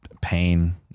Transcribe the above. pain